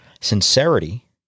Sincerity